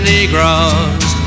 Negroes